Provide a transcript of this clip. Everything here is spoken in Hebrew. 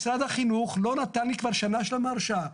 משרד החינוך לא נתן לי כבר שנה שלמה הרשאה.